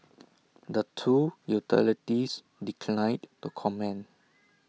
the two utilities declined to comment